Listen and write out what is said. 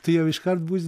tai jau iškart bus